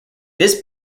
this